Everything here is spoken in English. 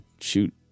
shoot